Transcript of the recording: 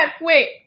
wait